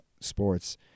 sports